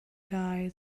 guy